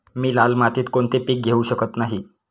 मी लाल मातीत कोणते पीक घेवू शकत नाही?